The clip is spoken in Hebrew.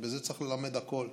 ובזה צריך ללמד הכול,